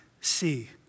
see